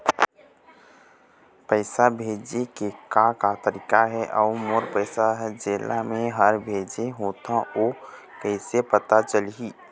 पैसा भेजे के का का तरीका हे अऊ मोर पैसा हर जेला मैं हर भेजे होथे ओ कैसे पता चलही?